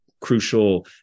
crucial